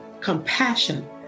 compassion